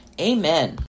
Amen